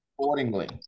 accordingly